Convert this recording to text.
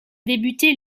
débuté